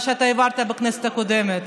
מה שאתה העברת בכנסת הקודמת.